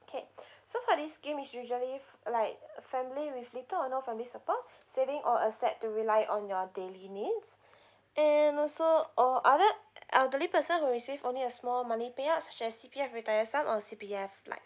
okay so for this scheme it's usually uh like family with little or no family support saving or accept to rely on your daily means and also or other elderly person will receive only a small money pay out such as C_P_F retire sum or C_P_F life